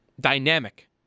Dynamic